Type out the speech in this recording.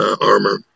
armor